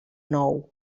nou